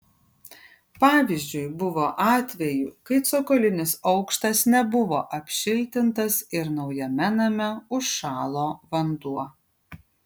pavyzdžiui buvo atvejų kai cokolinis aukštas nebuvo apšiltintas ir naujame name užšalo vanduo